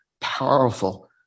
powerful